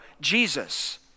Jesus